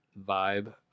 vibe